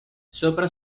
sopra